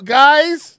guys